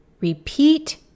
repeat